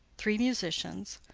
three musicians.